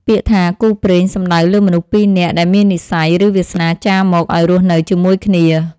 ពាក្យថា «គូព្រេង» សំដៅលើមនុស្សពីរនាក់ដែលមាននិស្ស័យ ឬវាសនាចារមកឱ្យរស់នៅជាមួយគ្នា។